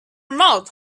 mouth